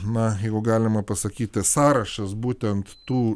na jeigu galima pasakyt tas sąrašas būtent tų